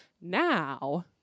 Now